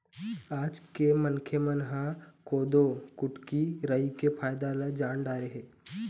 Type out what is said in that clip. आज के मनखे मन ह कोदो, कुटकी, राई के फायदा ल जान डारे हे